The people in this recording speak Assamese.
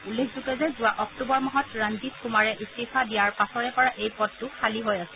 উল্লেখযোগ্য যে যোৱা অক্টোবৰ মাহত ৰঞ্জিত কুমাৰেৰে ইস্তাফা দিয়াৰ পাছৰে পৰা এই পদটো খালী হৈ আছিল